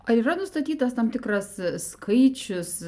ar yra nustatytas tam tikras skaičius